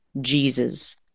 Jesus